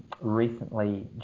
recently